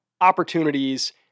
opportunities